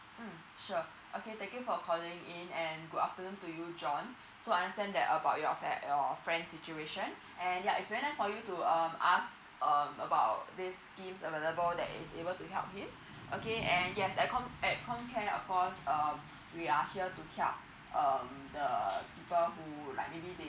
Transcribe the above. mm sure okay thank you for calling in and good afternoon to you john so understand that about your fa~ your friend situation and ya is very nice to you um ask uh about this scheme available that is able to help him okay and yes at com at com care of course uh we are here to help um the people who like maybe they